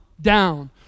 Down